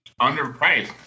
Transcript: underpriced